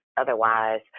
otherwise